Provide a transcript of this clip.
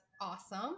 awesome